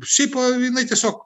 šiaip jinai tiesiog